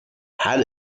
had